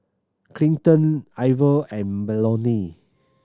Clinton Iver and Melony